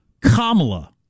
Kamala